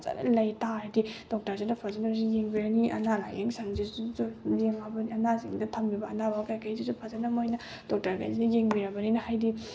ꯐꯖꯅ ꯂꯩꯇꯥꯔꯒꯗꯤ ꯗꯣꯛꯇꯔꯁꯤꯅ ꯐꯖꯅꯁꯨ ꯌꯦꯡꯕꯤꯔꯅꯤ ꯑꯅꯥ ꯂꯥꯏꯌꯦꯡꯁꯪꯁꯤꯁꯨ ꯊꯝꯂꯤꯕ ꯑꯅꯥꯕ ꯀꯩꯀꯩꯗꯨꯁꯨ ꯐꯖꯅ ꯃꯣꯏꯅ ꯗꯣꯛꯇꯔꯒꯩꯁꯤꯅ ꯌꯦꯡꯕꯤꯔꯕꯅꯤꯅ ꯍꯥꯏꯗꯤ